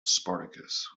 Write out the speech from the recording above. spartacus